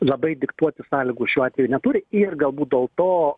labai diktuoti sąlygų šiuo atveju neturi ir galbūt dėl to